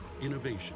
Innovation